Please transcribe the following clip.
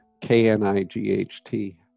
K-N-I-G-H-T